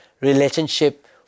relationship